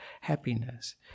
happiness